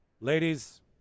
Ladies